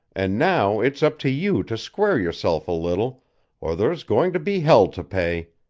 and now it's up to you to square yourself a little or there's going to be hell to pay.